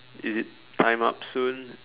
is it time up soon